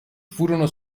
furono